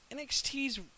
NXT's